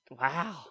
wow